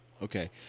Okay